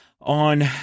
on